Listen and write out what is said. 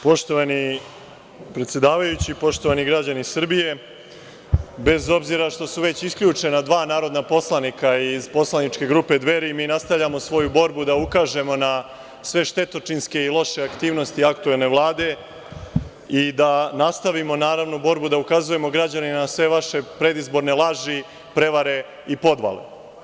Poštovani predsedavajući, poštovani građani Srbije, bez obzira što su već isključena dva narodna poslanika iz poslaničke grupe Dveri, mi nastavljamo svoju borbu, da ukažemo na sve štetočinske i loše aktivnosti aktuelne Vlade i da nastavimo, naravno, borbu da ukazujemo građanima na sve vaše predizborne laži, prevare i podvale.